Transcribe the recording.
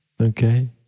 Okay